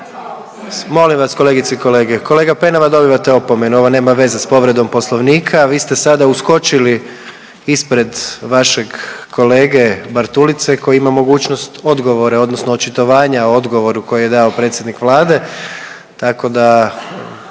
molim vas kolegice i kolege, kolega Penava dobivate opomenu, ovo nema veze s povredom poslovnika, vi ste sada uskočili ispred vašeg kolege Bartulice koji ima mogućnost odgovora odnosno očitovanja odgovoru koji je dao predsjednik Vlade, tako da